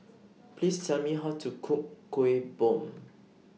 Please Tell Me How to Cook Kuih Bom